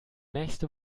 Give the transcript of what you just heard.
nächste